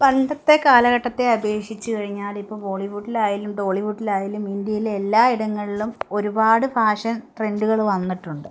പണ്ടത്തെ കാലഘട്ടത്തെ അപേക്ഷിച്ചു കഴിഞ്ഞാൽ ഇപ്പോൾ ബോളിവുഡിലായാലും ടോളിവുഡിലായാലും ഇന്ത്യയിലെ എല്ലാ ഇടങ്ങളിലും ഒരുപാട് ഫാഷൻ ട്രെൻഡുകൾ വന്നിട്ടുണ്ട്